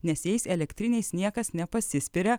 nes jais elektriniais niekas nepasiskiria